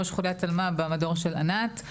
ראש חוליית אלמ"פ במדור של ענת.